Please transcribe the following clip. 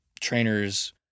trainers